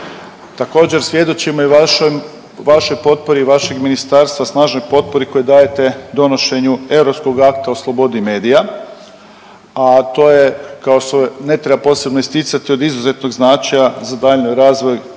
Također, svjedočimo i vašem, vašoj potpori i vašeg ministarstva snažnoj potpori koji dajete donošenju europskog akta o slobodi medija, a to je kao ne treba posebno isticati od izuzetnog značaja za daljnji razvoj